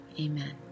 Amen